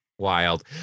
wild